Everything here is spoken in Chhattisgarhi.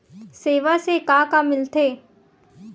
सेवा से का का मिलथे?